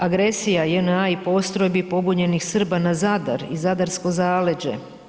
Agresija JNA i postrojbi pobunjenih Srba na Zadar i Zadarsko zaleđe.